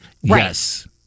Yes